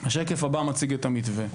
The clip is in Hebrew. הבא מציג את המתווה.